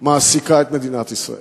מעסיקה את מדינת ישראל.